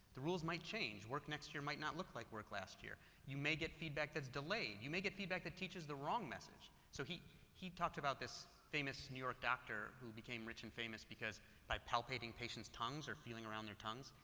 the rules might change. work next year might not look like work last year. you may get feedback that's delayed. you may get feedback that teaches the wrong message. so he he talked about this famous new york doctor who became rich and famous because by palpating patient's tongues or feeling around their tongues,